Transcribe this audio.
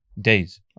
days